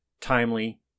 timely